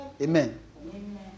Amen